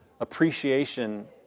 appreciation